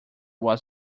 was